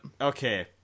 Okay